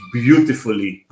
beautifully